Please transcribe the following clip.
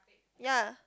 ya